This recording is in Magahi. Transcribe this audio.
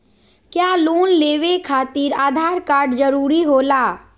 क्या लोन लेवे खातिर आधार कार्ड जरूरी होला?